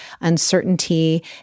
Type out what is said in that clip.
uncertainty